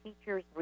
teachers